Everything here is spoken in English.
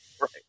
Right